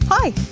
Hi